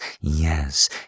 yes